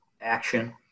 action